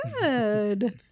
good